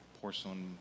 porcelain